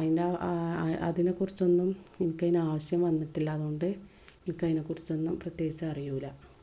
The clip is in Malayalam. അതിൻ്റെ അതിനെ കുറിച്ചൊന്നും എനിക്കതിന് ആവശ്യം വന്നിട്ടില്ല അതുകൊണ്ട് നമുക്കതിനെ കുറിച്ചൊന്നും പ്രത്യേകിച്ച് അറിയില്ല